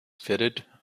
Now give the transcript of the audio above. fitted